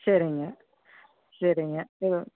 சரிங்க சரிங்க சரி